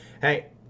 Hey